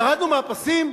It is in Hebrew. ירדנו מהפסים?